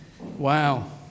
Wow